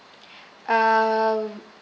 um